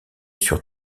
sur